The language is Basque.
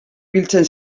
biltzen